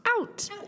out